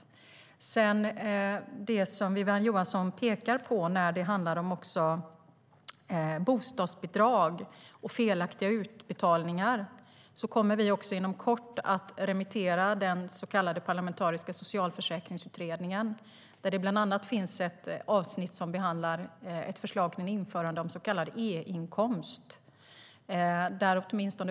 När det gäller det som Wiwi-Anne Johansson pekar på beträffande bostadsbidrag och felaktiga utbetalningar kommer vi inom kort att skicka den parlamentariska Socialförsäkringsutredningen på remiss. Där finns bland annat ett förslag om införande av så kallad e-inkomst.